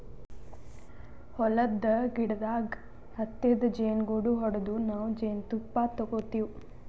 ಹೊಲದ್ದ್ ಗಿಡದಾಗ್ ಹತ್ತಿದ್ ಜೇನುಗೂಡು ಹೊಡದು ನಾವ್ ಜೇನ್ತುಪ್ಪ ತಗೋತಿವ್